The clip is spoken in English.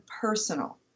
personal